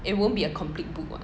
it won't be a complete book what